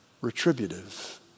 retributive